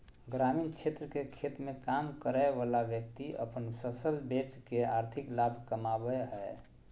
ग्रामीण क्षेत्र के खेत मे काम करय वला व्यक्ति अपन फसल बेच के आर्थिक लाभ कमाबय हय